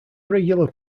regular